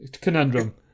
Conundrum